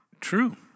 true